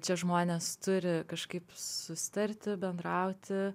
čia žmonės turi kažkaip susitarti bendrauti